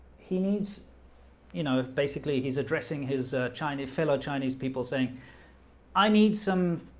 he needs you know, basically, he's addressing his chinese fellow chinese people saying i need some,